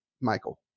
michael